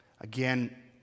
Again